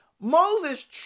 Moses